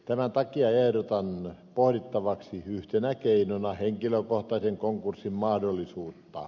tämän takia ehdotan pohdittavaksi yhtenä keinona henkilökohtaisen konkurssin mahdollisuutta